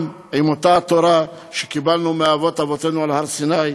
עם עִם אותה תורה שקיבלנו מאבות אבותינו על הר-סיני.